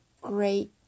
great